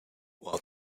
while